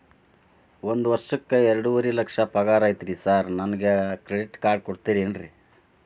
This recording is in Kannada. ಒಂದ್ ವರ್ಷಕ್ಕ ಎರಡುವರಿ ಲಕ್ಷ ಪಗಾರ ಐತ್ರಿ ಸಾರ್ ನನ್ಗ ಕ್ರೆಡಿಟ್ ಕಾರ್ಡ್ ಕೊಡ್ತೇರೆನ್ರಿ?